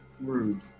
rude